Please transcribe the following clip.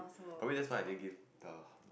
probably that's why I didn't give the